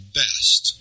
best